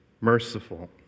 merciful